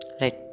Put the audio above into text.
right